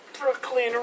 Brooklyn